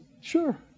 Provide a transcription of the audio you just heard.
Sure